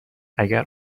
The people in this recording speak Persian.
اگر